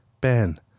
Ben